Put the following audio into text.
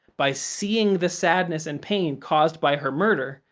by seeing the sadness and pain caused by her murder,